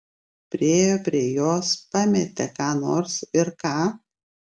priėjo prie jos pametėt ką nors ar ką